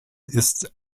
ist